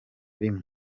rimwe